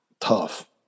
Tough